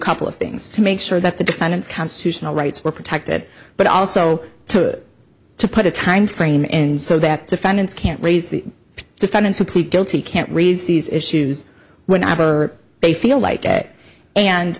couple of things to make sure that the defendants constitutional rights were protected but also to to put a timeframe in so that defendants can't raise the defendant to plead guilty can't raise these issues whenever they feel like it and